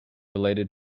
related